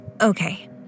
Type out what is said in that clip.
Okay